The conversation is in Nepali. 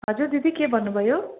हजुर दिदी के भन्नु भयो